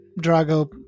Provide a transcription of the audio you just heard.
drago